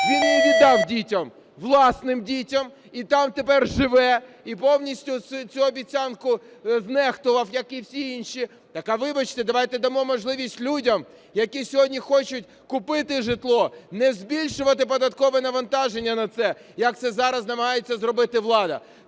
він її віддав дітям – власним дітям, і там тепер живе, і повністю цю обіцянку знехтував, як і всі інші. Так а вибачте, давайте дамо можливість людям, які сьогодні хочуть купити житло, не збільшувати податкове навантаження на це, як це зараз намагається зробити влада.